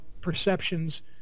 perceptions